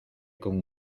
con